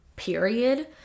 period